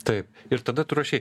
taip ir tada tu rašei